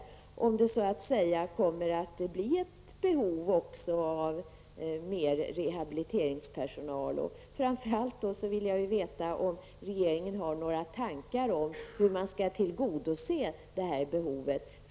Kommer det att bli ett större behov av rehabiliteringspersonal? Framför allt skulle jag vilja veta om regeringen har några tankar om hur ett sådant behov skall tillgodoses.